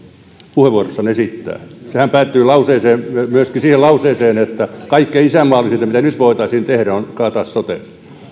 puheenvuorossaan esittää sehän päättyi myöskin siihen lauseeseen että kaikkein isänmaallisinta mitä nyt voitaisiin tehdä on kaataa sote